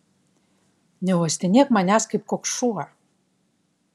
neuostinėk manęs kaip koks šuo